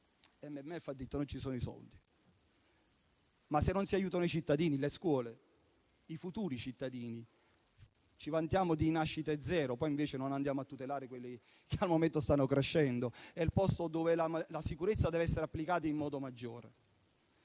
MEF ha detto che non ci sono i soldi. Ma se non si aiutano le scuole e i futuri cittadini? Ci lamentiamo di zero nascite e poi, invece, non andiamo a tutelare chi al momento sta crescendo e il posto dove la sicurezza deve essere applicata in modo maggiore.